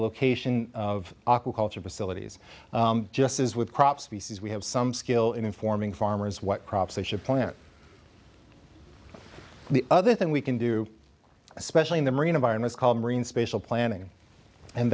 location of aqua culture facilities just as with crop species we have some skill in informing farmers what crops they should plant the other thing we can do especially in the marine environments called marine spatial planning and